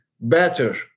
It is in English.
better